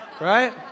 right